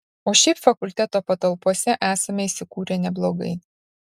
o šiaip fakulteto patalpose esame įsikūrę neblogai